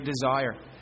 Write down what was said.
desire